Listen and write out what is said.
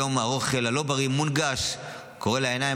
היום האוכל הלא-בריא מונגש, קורא לעיניים.